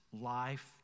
life